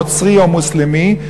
נוצרי או מוסלמי,